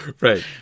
right